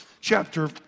chapter